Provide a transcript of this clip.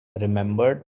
remembered